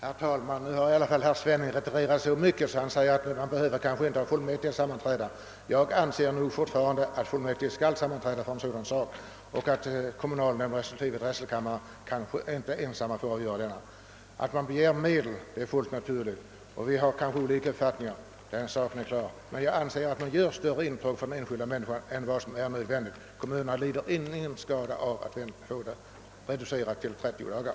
Herr talman! Nu har i alla fall herr Svenning retirerat så mycket att han medger att man kanske inte behöver ha ett fullmäktigsammanträde. Jag anser dock fortfarande att fullmäktige skall sammanträda för ett sådant köp och att kommunalnämnd respektive drätselkammare inte ensam skall avgöra det. Att den begär medel är fullt naturligt. Vi har olika uppfattningar i denna fråga, den saken är klar. Jag anser emellertid att man med utskottsförslaget gör ett större intrång i den enskilda människans rättigheter än nödvändigt. Kommunerna lider ingen skada av att få förköpstiden reducerad till 30 dagar.